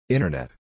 Internet